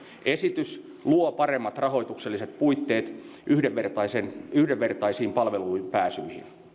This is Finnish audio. esitys luo paremmat rahoitukselliset puitteet yhdenvertaiseen palveluihin pääsyyn